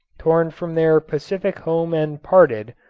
torn from their pacific home and parted,